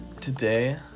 Today